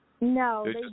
No